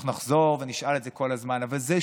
אנחנו נחזור ונשאל את זה כל הזמן, אבל שוב,